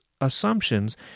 assumptions